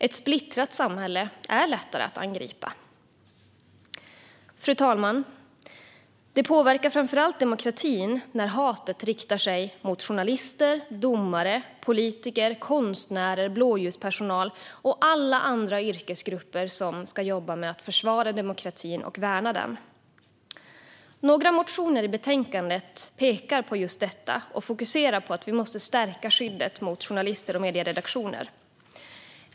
Ett splittrat samhälle är lättare att angripa. Fru talman! Det påverkar framför allt demokratin när hatet riktar sig mot journalister, domare, politiker, konstnärer, blåljuspersonal och alla andra yrkesgrupper som ska jobba med att försvara och värna demokratin. Några motioner i betänkandet pekar på just detta och fokuserar på att vi måste stärka skyddet för journalister och medieredaktioner.